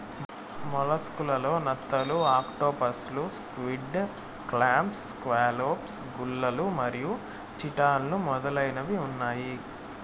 mollusc లలో నత్తలు, ఆక్టోపస్లు, స్క్విడ్, క్లామ్స్, స్కాలోప్స్, గుల్లలు మరియు చిటాన్లు మొదలైనవి ఉన్నాయి